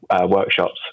workshops